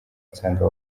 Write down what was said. nsanga